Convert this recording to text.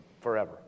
forever